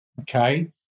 okay